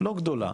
לא גדולה,